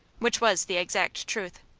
which was the exact truth.